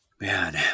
Man